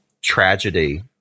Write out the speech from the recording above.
tragedy